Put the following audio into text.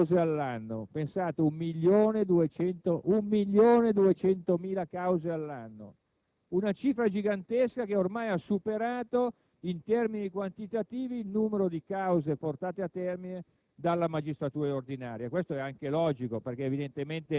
all'anno: pensate, 1.200.000 cause all'anno! Una cifra gigantesca, che ormai ha superato in termini quantitativi il numero di cause portate a termine